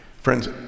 friends